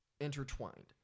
intertwined